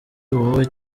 wowe